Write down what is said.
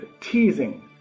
teasing